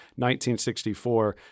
1964